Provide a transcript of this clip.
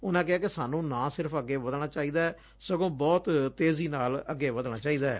ਉਨਾਂ ਕਿਹਾ ਕਿ ਸਾਨੰ ਨਾ ਸਿਰਫ਼ ਅੱਗੇ ਵਧਣਾ ਚਾਹੀਦਾ ਏ ਸਗੋ ਬਹੁਤ ਤੇਜ਼ੀ ਨਾਲ ਅੱਗੇ ਵੱਧਣਾ ਚਾਹੀਦੈ